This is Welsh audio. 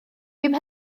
bum